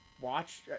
Watch